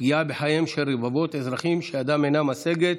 פגיעה בחייהם של רבבות אזרחים שידם אינה משגת,